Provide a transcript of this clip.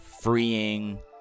freeing